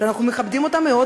שאנחנו מכבדים אותה מאוד,